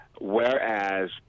whereas